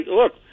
look